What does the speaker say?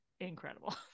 incredible